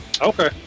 Okay